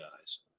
eyes